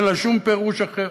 אין לו שום פירוש אחר.